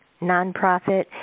nonprofit